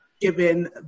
given